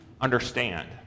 understand